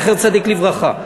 זכר צדיק לברכה,